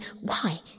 Why